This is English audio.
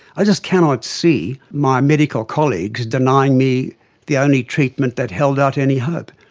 i just cannot see my medical colleagues denying me the only treatment that held out any hope.